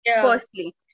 Firstly